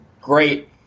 great